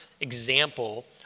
example